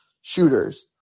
shooters